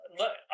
look